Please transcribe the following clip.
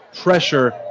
pressure